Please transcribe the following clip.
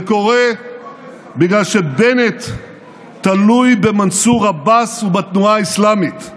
זה קורה בגלל שבנט תלוי במנסור עבאס ובתנועה האסלאמית.